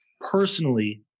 personally